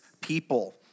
people